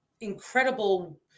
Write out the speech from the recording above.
incredible